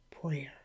prayer